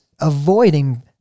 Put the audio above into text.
avoiding